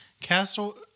Castle